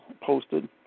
posted